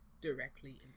Directly